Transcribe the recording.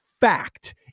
fact